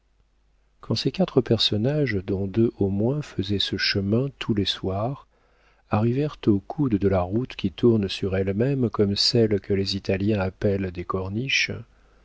quand ces quatre personnages dont deux au moins faisaient ce chemin tous les soirs arrivèrent au coude de la route qui tourne sur elle-même comme celles que les italiens appellent des corniches